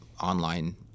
online